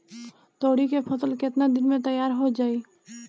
तोरी के फसल केतना दिन में तैयार हो जाई?